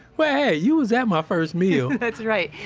well hey, you was at my first meal that's right.